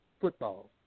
football